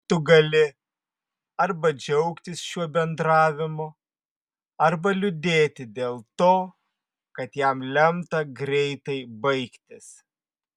tu gali arba džiaugtis šiuo bendravimu arba liūdėti dėl to kad jam lemta greitai baigtis